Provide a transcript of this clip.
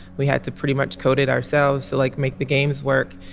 we had to pretty much coded ourselves to like make the games work.